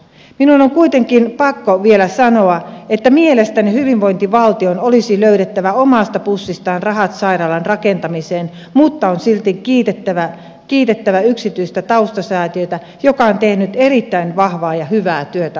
minun on kuitenkin pakko vielä sanoa että mielestäni hyvinvointivaltion olisi löydettävä omasta pussistaan rahat sairaalan rakentamiseen mutta on silti kiitettävä yksityistä taustasäätiötä joka on tehnyt erittäin vahvaa ja hyvää työtä asian eteen